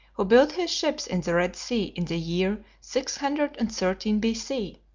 who built his ships in the red sea in the year six hundred and thirteen b c.